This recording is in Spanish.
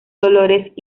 dolores